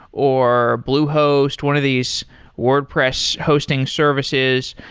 or bluehost, one of these wordpress hosting services,